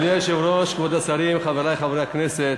אדוני היושב-ראש, כבוד השרים, חברי חברי הכנסת,